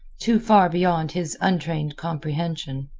too far beyond his untrained comprehension.